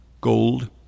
Gold